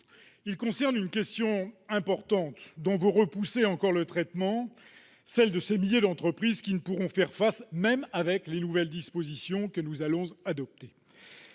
Il concerne une question importante, dont vous repoussez encore le traitement : il s'agit de ces milliers d'entreprises qui ne pourront faire face à la crise, même avec les nouvelles dispositions que nous allons adopter.